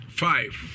five